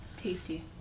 Tasty